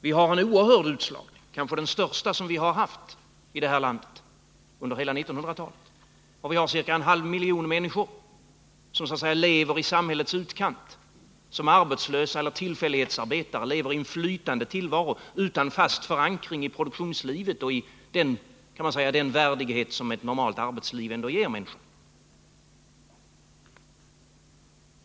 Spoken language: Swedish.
Vi har en oerhörd utslagning, kanske den största som vi har haft i detta land under hela 1900-talet. Och vi har ca en halv miljon människor som så att säga lever i samhällets utkant, som är arbetslösa eller tillfällighetsarbetare, som lever i en flytande tillvaro utan fast förankring i produktionslivet och i den värdighet som ett normalt arbetsliv ändå ger människorna.